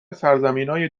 سرزمینای